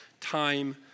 time